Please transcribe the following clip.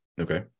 okay